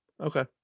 Okay